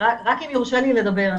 רק אם יורשה לי לדבר,